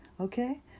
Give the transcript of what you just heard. Okay